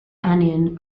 anion